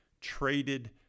traded